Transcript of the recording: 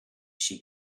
she